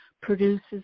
produces